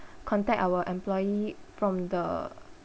contact our employee from the